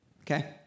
Okay